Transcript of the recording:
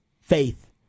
faith